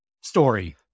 story